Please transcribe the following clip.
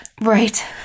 Right